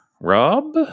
Rob